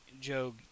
Joe